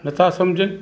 नथां समुझनि